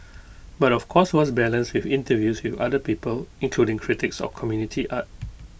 but of course was balanced with interviews with other people including critics of community art